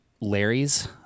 Larry's